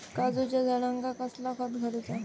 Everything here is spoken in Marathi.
काजूच्या झाडांका कसला खत घालूचा?